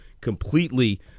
completely